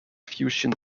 fusion